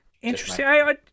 interesting